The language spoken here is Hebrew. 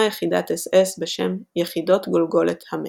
יחידת אס־אס בשם "יחידות גולגולת המת",